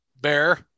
bear